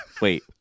Wait